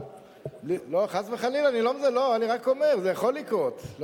חס וחלילה, אני רק אומר, זה יכול לקרות.